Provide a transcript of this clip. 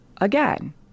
again